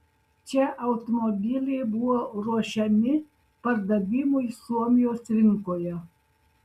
čia automobiliai buvo ruošiami pardavimui suomijos rinkoje